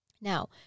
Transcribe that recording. Now